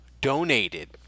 donated